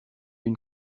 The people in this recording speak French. une